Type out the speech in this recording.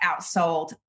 outsold